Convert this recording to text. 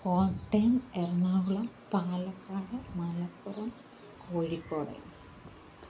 Kottayam Ernakulam Palakkad Malappuram Kozhikode